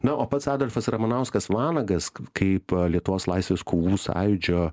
na o pats adolfas ramanauskas vanagas kaip lietuvos laisvės kovų sąjūdžio